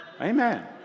Amen